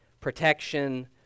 protection